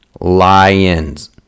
lions